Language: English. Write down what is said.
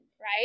right